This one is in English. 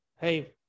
hey